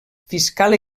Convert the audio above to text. fiscal